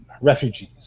refugees